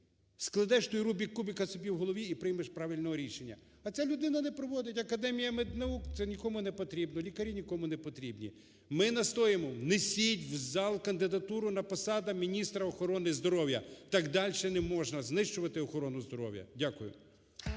складеш той "рубік кубіка" у себе в голові і приймеш правильне рішення. А ця людина не проводить! Академія меднаук – це нікому не потрібно, лікарі нікому не потрібні! Ми настоюємо: внесіть в зал кандидатуру на посаду міністра охорони здоров'я! Так далі не можна знищувати охорону здоров'я. Дякую.